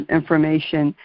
information